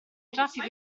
traffico